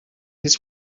his